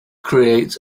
creates